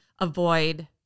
avoid